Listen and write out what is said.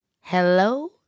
Hello